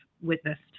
witnessed